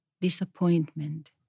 disappointment